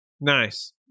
Nice